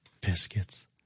Biscuits